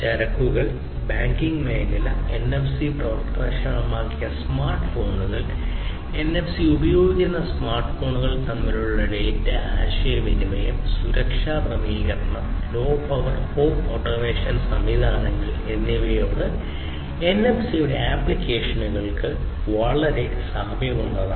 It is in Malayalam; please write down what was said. ചരക്കുകൾ ബാങ്കിംഗ് മേഖല എൻഎഫ്സി പ്രവർത്തനക്ഷമമാക്കിയ സ്മാർട്ട്ഫോണുകൾ എൻഎഫ്സി ഉപയോഗിക്കുന്ന സ്മാർട്ട്ഫോണുകൾ തമ്മിലുള്ള ഡാറ്റ ആശയവിനിമയം സുരക്ഷ പ്രാമാണീകരണം ലോ പവർ ഹോം ഓട്ടോമേഷൻ സംവിധാനങ്ങൾ എന്നിവയോട് എൻഎഫ്സിയുടെ ആപ്ലിക്കേഷനുകൾ വളരെ സാമ്യമുള്ളതാണ്